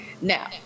Now